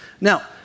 Now